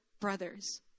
brothers